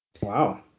Wow